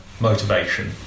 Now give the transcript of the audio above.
Motivation